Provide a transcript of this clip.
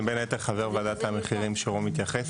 אני בין היתר חבר ועדת המחירים שרום התייחס